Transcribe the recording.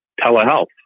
telehealth